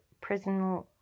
prison